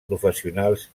professionals